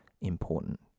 important